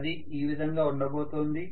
అది ఈ విధంగా ఉండబోతోంది